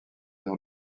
dans